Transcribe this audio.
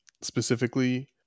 specifically